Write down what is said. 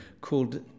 called